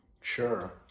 Sure